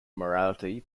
morality